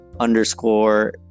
underscore